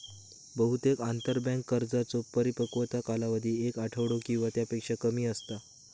बहुतेक आंतरबँक कर्जांचो परिपक्वता कालावधी एक आठवडो किंवा त्यापेक्षा कमी असता